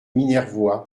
minervois